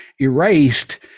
erased